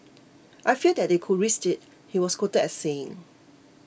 I fear that they could risk it he was quoted as saying